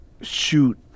shoot